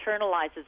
internalizes